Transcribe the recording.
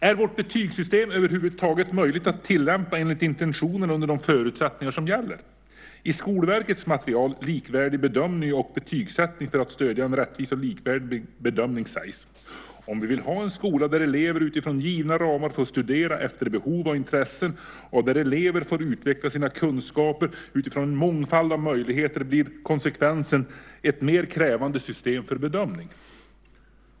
"Är vårt betygssystem över huvud taget möjligt att tillämpa enligt intentionerna under de förutsättningar som gäller? I Skolverkets material Likvärdig bedömning och betygsättning för att stödja en rättvis och likvärdig bedömning sägs: 'Om vi vill ha en skola där elever efter givna ramar får studera efter behov och intressen och där elever får utveckla sina kunskaper utifrån en mångfald av möjligheter blir konsekvensen ett mer krävande system för bedömning.'"